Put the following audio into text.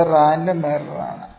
ഇത് random error ആണ്